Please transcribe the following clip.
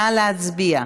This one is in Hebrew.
נא להצביע.